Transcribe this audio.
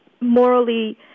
morally